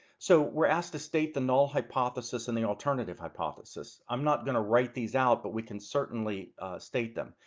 so we're asked to state the null hypothesis and the alternative hypothesis. i'm not gonna write these out, but we can certainly state them.